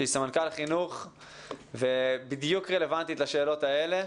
סמנכ"לית חינוך ובדיוק רלוונטית לשאלות האלה.